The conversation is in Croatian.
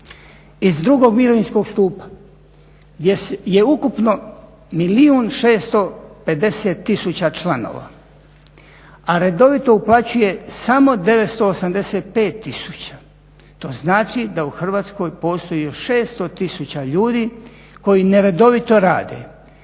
iz drugog mirovinskog stupa gdje je ukupno milijun i 650 tisuća članova a redovito uplaćuje samo 985 tisuća to znači da u Hrvatskoj postoji još 600 tisuća ljudi koji neredovito rade.